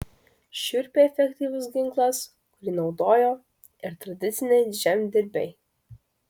šiurpiai efektyvus ginklas kurį naudojo ir tradiciniai žemdirbiai